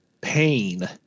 pain